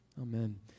Amen